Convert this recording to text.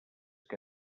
que